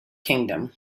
kingdom